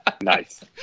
Nice